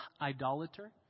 idolater